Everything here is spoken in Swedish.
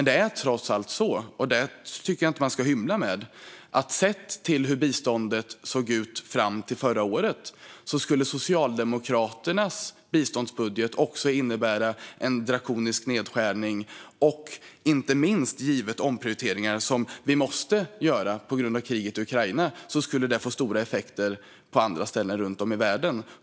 Det är trots allt så, och det tycker jag inte att man ska hymla med, att sett till hur biståndet såg ut fram till förra året skulle Socialdemokraternas biståndsbudget innebära en drakonisk nedskärning. Inte minst givet omprioriteringarna som måste göras på grund av kriget i Ukraina skulle det få stora effekter på andra ställen runt om i världen.